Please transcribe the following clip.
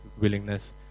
willingness